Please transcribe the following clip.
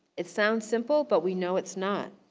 it sounds simple but we know it's not.